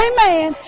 Amen